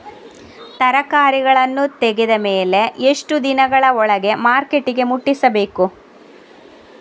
ತರಕಾರಿಗಳನ್ನು ತೆಗೆದ ಮೇಲೆ ಎಷ್ಟು ದಿನಗಳ ಒಳಗೆ ಮಾರ್ಕೆಟಿಗೆ ಮುಟ್ಟಿಸಬೇಕು?